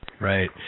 Right